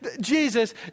Jesus